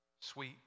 sweet